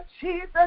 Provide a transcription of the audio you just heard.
Jesus